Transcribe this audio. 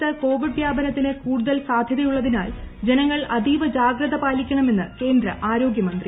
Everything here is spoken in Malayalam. ശൈതൃകാലത്ത് കോവിഡ് വ്യാപനത്തിന് കൂടുതൽ സാധൃതയുള്ളതിനാൽ ജനങ്ങൾ അതീവ ജാഗ്രത പാലിക്കണമെന്ന് കേന്ദ്ര ആരോഗ്യമന്ത്രി